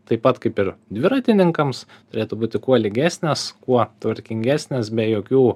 taip pat kaip ir dviratininkams turėtų būti kuo lygesnės kuo tvarkingesnės be jokių